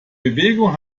bewegung